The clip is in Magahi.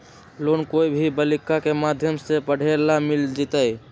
लोन कोई भी बालिका के माध्यम से पढे ला मिल जायत?